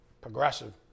progressive